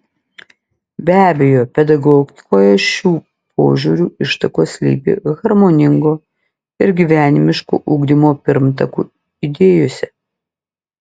be abejo pedagogikoje šių požiūrių ištakos slypi harmoningo ir gyvenimiško ugdymo pirmtakų idėjose